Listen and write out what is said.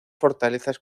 fortalezas